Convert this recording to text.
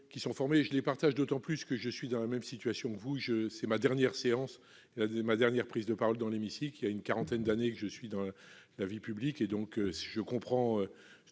qui sont formés. Je les partage d'autant plus que je suis dans la même situation que vous : il s'agit de ma dernière séance, et de ma dernière prise de parole dans l'hémicycle. Voilà une quarantaine d'années que je suis dans la vie publique et je comprends